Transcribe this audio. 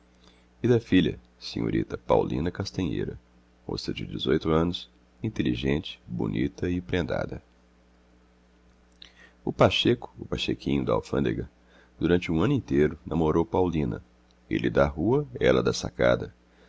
e da filha senhorita paulina castanheira moça de dezoito anos inteligente bonita e prendada o pacheco o pachequinho da alfândega durante um ano inteiro namorou paulina ele da rua ela da sacada